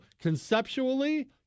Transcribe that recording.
Conceptually